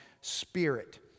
spirit